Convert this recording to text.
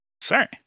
Sorry